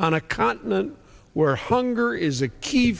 on a continent where hunger is a key